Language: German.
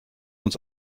uns